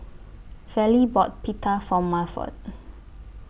Vallie bought Pita For Milford